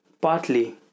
partly